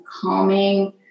calming